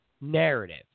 narrative